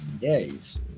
days